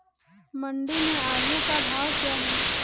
मंडी में आलू का भाव क्या है?